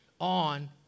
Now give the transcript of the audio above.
on